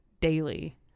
daily